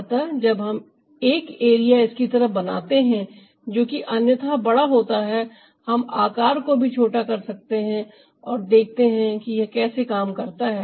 अतः जब हम एक एरिया इसकी तरह बनाते हैं जो कि अन्यथा बड़ा होता है हम आकार को भी छोटा कर सकते हैं और देखते हैं कि यह कैसे काम करता है